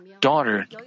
Daughter